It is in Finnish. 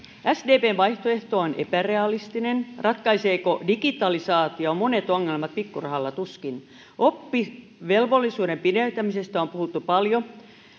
sdpn vaihtoehto on epärealistinen ratkaiseeko digitalisaatio monet ongelmat pikkurahalla tuskin oppivelvollisuuden pidentämisestä on on puhuttu paljon